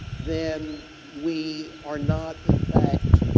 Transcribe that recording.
then, we are not, in fact,